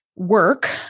Work